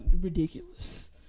ridiculous